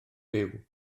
byw